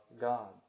God